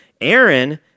Aaron